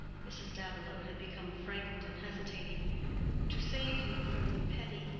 mrs. davilow had become frightened and hesitating to save you from the petty,